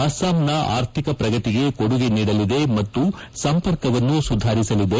ಅಸ್ಲಾಂನ ಆರ್ಥಿಕ ಪ್ರಗತಿಗೆ ಕೊಡುಗೆ ನೀಡಲಿದೆ ಮತ್ತು ಸಂಪರ್ಕವನ್ನು ಸುಧಾರಿಸಲಿದೆ